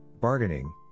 bargaining